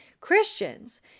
Christians